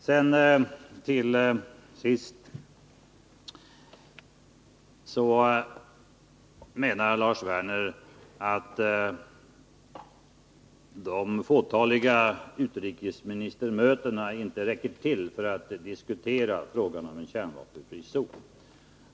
Sedan menar Lars Werner att de fåtaliga utrikesministermötena inte räcker till för diskussionen om en kärnvapenfri zon.